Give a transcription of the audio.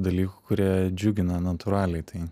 dalykų kurie džiugina natūraliai tai